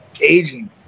aging